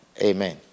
Amen